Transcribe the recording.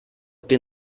que